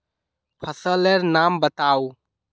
फसल लेर नाम बाताउ?